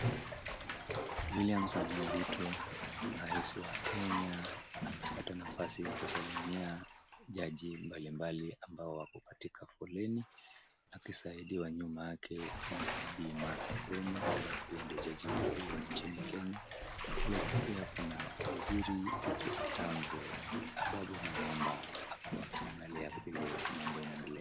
Williama Samoei Ruto rais wa Kenya anapata nafasi ya kusalimia jaji mbalimbali ambao wako katika foleni akisaidiwa nyuma yake na Bi Martha Koome ambaye pia ndio jaji mkuu wa nchini ya Kenya. Pale pia kuna waziri kwetu wa kitambo Ababu Namwamba ako akiangalia vile mambo yanaendelea.